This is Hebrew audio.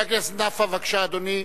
חבר הכנסת נפאע, אדוני,